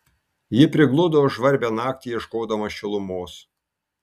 ji prigludo žvarbią naktį ieškodama šilumos